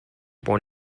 born